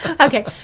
Okay